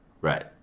Right